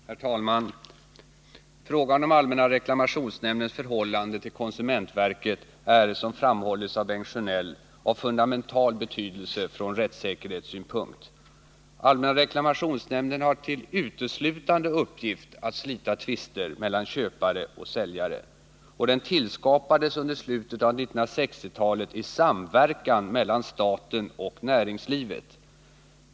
Herr talman! Frågan om allmänna reklamationsnämndens förhållande till konsumentverket är, som framhållits av Bengt Sjönell, av fundamental betydelse från rättssäkerhetssynpunkt. Allmänna reklamationsnämnden har uteslutande till uppgift att slita tvister mellan köpare och säljare, och den tillskapades under slutet av 1960-talet i samverkan mellan staten och näringslivet.